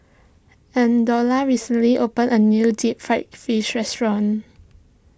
Eldora recently opened a new Deep Fried Fish restaurant